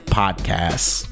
podcasts